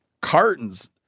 cartons